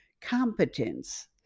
competence